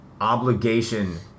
obligation